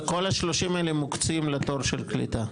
וכל השלושים האלה מוקצים לתור של קליטה?